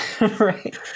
right